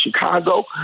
Chicago